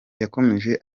yakomeje